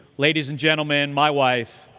ladies and gentlemen, my wife,